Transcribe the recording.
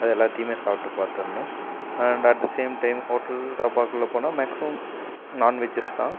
அது எல்லாத்தையுமே சாப்பிட்டு பார்த்துர்ணும் and at the same time hotel தாபாக்குள்ளே போனால் மேக்ஸிமம் நான்வெஜ்ஜஸ் தான்